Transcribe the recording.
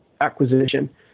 acquisition